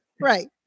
Right